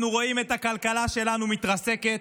אנחנו רואים את הכלכלה שלנו מתרסקת,